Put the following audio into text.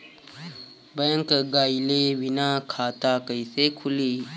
Bank गइले बिना खाता कईसे खुली?